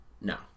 No